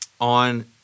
on